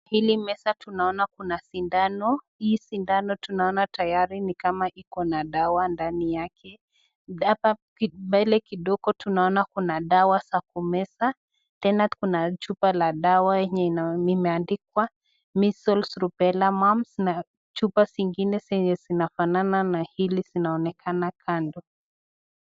Hili meza tunaona kuna sindano . Hii sindano tunaona tayari ni kama Iko na sawa ndani yake. Hapa mbele kidogo tunaona kuna dawa za kumeza. Tena kuna chupa la dawa limeandikwa measles rubella mumps, na chupa zingine zinafanana na hili zinaonekana kando.